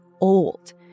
old